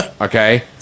Okay